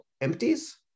Empties